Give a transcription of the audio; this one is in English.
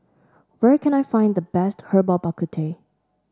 where can I find the best Herbal Bak Ku Teh